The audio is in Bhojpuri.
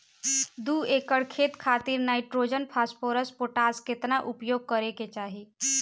दू एकड़ खेत खातिर नाइट्रोजन फास्फोरस पोटाश केतना उपयोग करे के चाहीं?